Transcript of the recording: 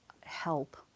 help